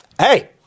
Hey